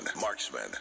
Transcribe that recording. Marksman